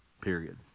period